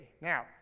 Now